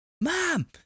Mom